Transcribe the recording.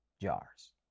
jars